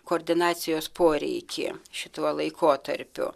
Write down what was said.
koordinacijos poreikį šituo laikotarpiu